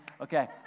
Okay